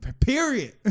Period